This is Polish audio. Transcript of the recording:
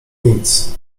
nic